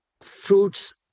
fruits